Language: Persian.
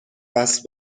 وصل